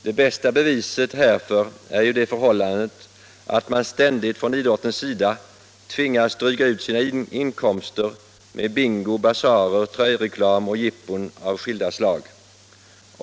Det bästa beviset härför är ju det förhållandet att man inom idrotten ständigt tvingas dryga ut sina inkomster med bingo, basarer, tröjreklam och jippon av skilda slag.